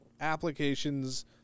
applications